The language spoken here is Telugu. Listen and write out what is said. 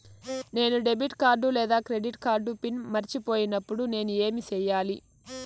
నేను డెబిట్ కార్డు లేదా క్రెడిట్ కార్డు పిన్ మర్చిపోయినప్పుడు నేను ఏమి సెయ్యాలి?